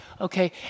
Okay